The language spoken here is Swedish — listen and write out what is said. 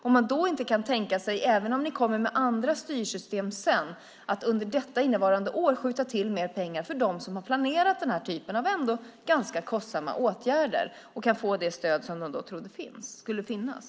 Kan man då inte tänka sig att även om ni lägger fram andra styrsystem senare att under detta innevarande år skjuta till mer pengar för dem som ändå har planerat den typen av ganska kostsamma åtgärder med hjälp av det stöd de trodde fanns?